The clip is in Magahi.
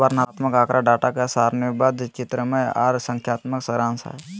वर्णनात्मक आँकड़ा डाटा के सारणीबद्ध, चित्रमय आर संख्यात्मक सारांश हय